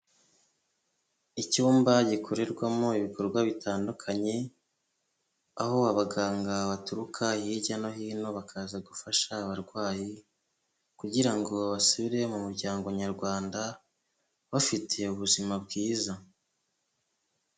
Icyumba gikorerwamo ibikorwa bitandukanye, aho abaganga baturuka hirya no hino bakaza gufasha abarwayi, kugira ngo basubire mu muryango nyarwanda bafitiye ubuzima bwiza.